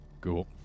cool